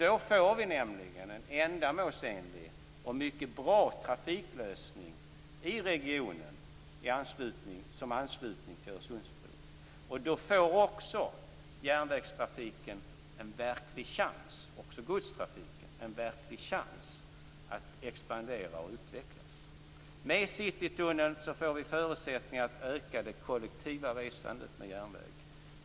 Då får vi nämligen en ändamålsenlig och mycket bra trafiklösning i regionen som anslutning till Öresundsbron. Då får också järnvägstrafiken, och även godstrafiken, en verklig chans att expandera och utvecklas. Med Citytunneln får vi förutsättningar att öka det kollektiva resandet med järnväg.